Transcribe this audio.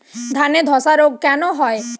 ধানে ধসা রোগ কেন হয়?